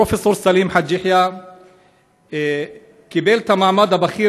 פרופ' סלים חאג' יחיא קיבל את המעמד הבכיר